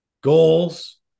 Goals